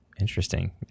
Interesting